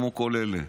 כמו כל אלה,